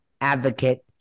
advocate